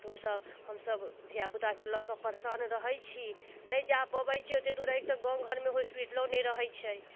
तऽ ओहिसँ हमसब धिआ पूताके लऽ कऽ परेशान रहैत छी नहि जा पबैत छी ओते दूर एक तऽ गाँव घरमे होस्पिटलो नहि रहैत छै